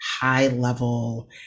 high-level